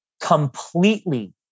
completely